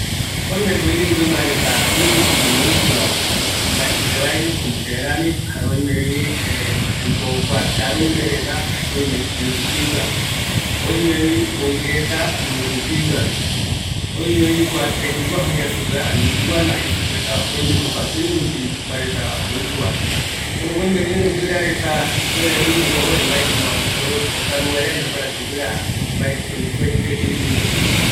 Oimeko mbaemɨmba reta ɨ rupi oikovavi, mbaetɨ jevaeño, kua karumbe reta öime ɨ rupigua, öimevi mboireta, öimevi teyuguaju, ani iguana jei superetava, öimevi guirareta ɨ rupi oeka jembiurava, erei mbaetɨ oiko jokoropi